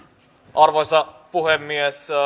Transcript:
arvoisa puhemies